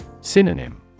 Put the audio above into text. Synonym